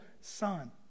son